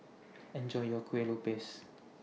Enjoy your Kuih Lopes